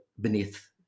beneath